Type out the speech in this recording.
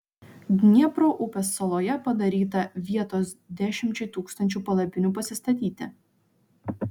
dniepro upės saloje padaryta vietos dešimčiai tūkstančių palapinių pasistatyti